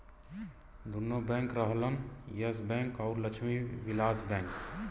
दुन्नो बैंक रहलन Yes Bank अउर लक्ष्मी विलास बैंक